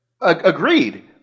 Agreed